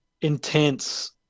intense